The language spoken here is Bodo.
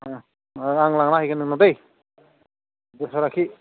ओं औ आं लांना हैगोन नोंनाव दै दस्रा लाखि